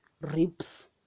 ribs